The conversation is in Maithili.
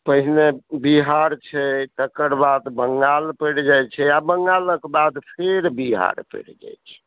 पहिने बिहार छै तकरबाद बंगाल पड़ि जाइत छै आ बंगालके बाद फेर बिहार पड़ि जाइत छै